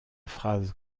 phrase